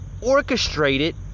orchestrated